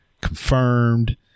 confirmed